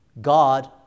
God